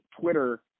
Twitter